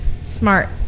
Smart